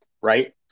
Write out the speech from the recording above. right